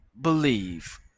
believe